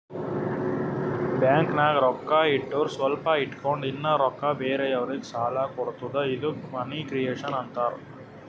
ಬ್ಯಾಂಕ್ನಾಗ್ ರೊಕ್ಕಾ ಇಟ್ಟುರ್ ಸ್ವಲ್ಪ ಇಟ್ಗೊಂಡ್ ಇನ್ನಾ ರೊಕ್ಕಾ ಬೇರೆಯವ್ರಿಗಿ ಸಾಲ ಕೊಡ್ತುದ ಇದ್ದುಕ್ ಮನಿ ಕ್ರಿಯೇಷನ್ ಆಂತಾರ್